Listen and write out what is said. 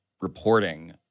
reporting